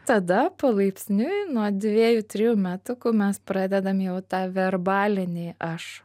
tada palaipsniui nuo dviejų trijų metukų mes pradedam jau tą verbalinį aš